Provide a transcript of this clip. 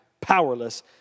powerless